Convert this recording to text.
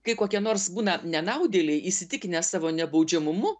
kai kokie nors būna nenaudėliai įsitikinę savo nebaudžiamumu